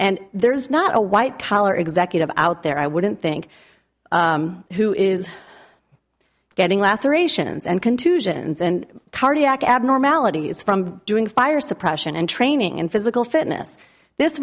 and there is not a white collar executive out there i wouldn't think who is getting lacerations and contusions and cardiac abnormalities from doing fire suppression and training and physical fitness this